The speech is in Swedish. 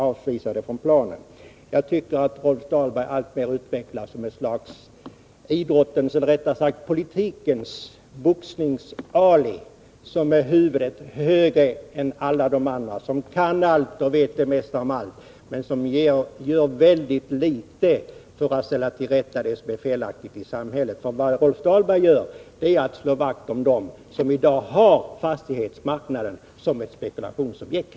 avvisade från planen. Jag tycker att Rolf Dahlberg alltmer utvecklas till ett slags politikens motsvarighet till boxningens Ali. Han är huvudet högre än alla andra, kan allt och vet det mesta om allt, men han gör mycket litet för att ställa till rätta det som är felaktigt i samhället. Vad Rolf Dahlberg gör är att slå vakt om dem som i dag har fastighetsmarknaden som ett spekulationsobjekt.